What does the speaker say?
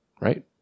Right